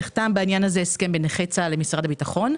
נחתם בעניין הזה הסכם בין נכי צה"ל לבין משרד הביטחון,